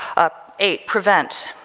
ah eight prevent